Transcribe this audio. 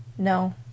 no